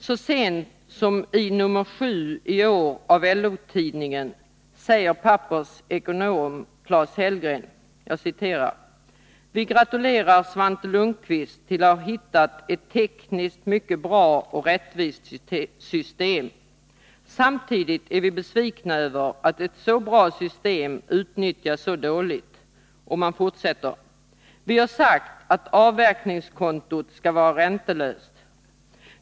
Så sent som i nr 7 av LO-tidningen i år säger Pappers ekonom Claes Hellgren: ”Vi gratulerar Svante Lundkvist till att ha hittat ett tekniskt mycket bra och rättvist system. Samtidigt är vi besvikna över att ett så bra system utnyttjas så dåligt. Vi har sagt att avverkningskontot skall vara räntelöst.